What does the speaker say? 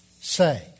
say